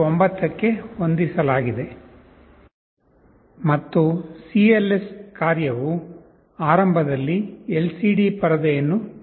9 ಗೆ ಹೊಂದಿಸಲಾಗಿದೆ ಮತ್ತು cls ಕಾರ್ಯವು ಆರಂಭದಲ್ಲಿ ಎಲ್ಸಿಡಿ ಪರದೆಯನ್ನು ತೆರವುಗೊಳಿಸುತ್ತದೆ